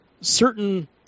certain